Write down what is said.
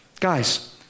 Guys